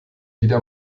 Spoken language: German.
wieder